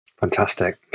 fantastic